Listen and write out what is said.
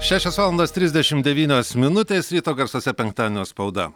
šešios valandos trisdešim devynios minutės ryto garsuose penktadienio spauda